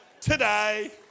today